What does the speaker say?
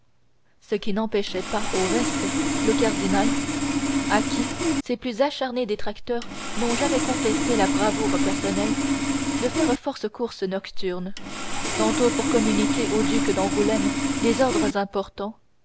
ce qui n'empêchait pas au reste le cardinal à qui ses plus acharnés détracteurs n'ont jamais contesté la bravoure personnelle de faire force courses nocturnes tantôt pour communiquer au duc d'angoulême des ordres importants